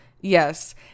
yes